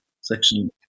section